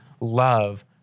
love